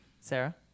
Sarah